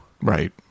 Right